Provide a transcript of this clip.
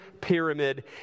Pyramid